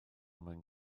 mwyn